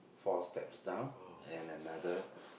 four steps down and another